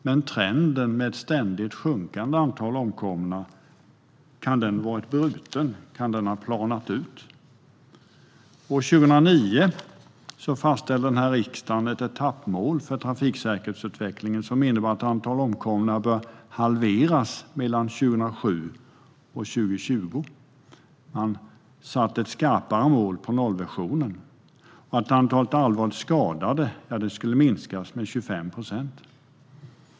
Men kan trenden med ständigt sjunkande antal omkomna ha blivit bruten och planat ut? År 2009 fastställde riksdagen ett etappmål för trafiksäkerhetsutvecklingen som innebär att antalet omkomna bör halveras mellan 2007 och 2020. Det satte ett skarpare mål för nollvisionen, och antalet allvarligt skadade skulle minskas med 25 procent.